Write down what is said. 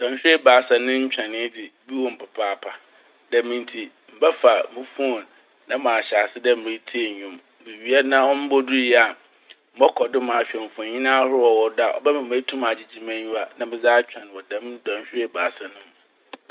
Dɔnhwer ebiasa ne ntwɛnee dze ebi wɔ mu papaapa. Dɛm ntsi mebɛfa mo fone na mahyɛ ase dɛ meretsie ndwom. Mowie na ommbodurii a mɔkɔ do ahwɛ mfonyin ahorow a ɔwɔ do a, ɔbɛma ma metum agyegye m'enyiwa na medze atwɛn wɔ dɛm dɔnhwer ebiasa no mu.